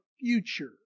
future